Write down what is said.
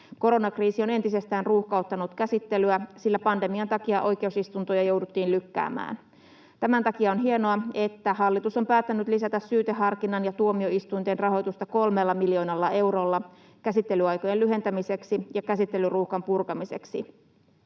Koronakriisi on entisestään ruuhkauttanut käsittelyä, sillä pandemian takia oikeusistuntoja jouduttiin lykkäämään. Tämän takia on hienoa, että hallitus on päättänyt lisätä syyteharkinnan ja tuomioistuinten rahoitusta 3 miljoonalla eurolla käsittelyaikojen lyhentämiseksi ja käsittelyruuhkan purkamiseksi.